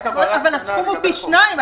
אבל הסכום הוא פי שניים.